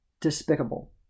despicable